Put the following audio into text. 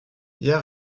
hier